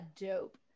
dope